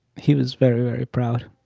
he was very, very proud,